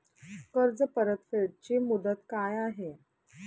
कर्ज परतफेड ची मुदत काय आहे?